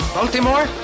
Baltimore